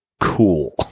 cool